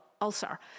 ulcer